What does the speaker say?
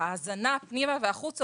ההזנה פנימה והחוצה,